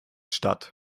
statt